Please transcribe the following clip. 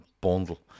bundle